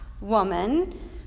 woman